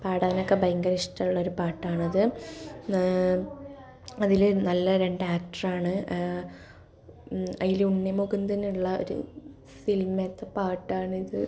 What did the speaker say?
പാടാനുമൊക്കെ ഭയങ്കര ഇഷ്ട്ടമുള്ളോരു പാട്ടാണ് ഇത് അതിൽ നല്ല രണ്ട് ആക്ടറാണ് അതിൽ ഉണ്ണിമുകുന്ദൻ ഉള്ള ഒരു ഫിലിമിലത്തെ പാട്ടാണ് ഇത്